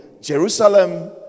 Jerusalem